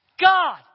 god